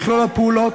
מכלול הפעולות,